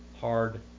hard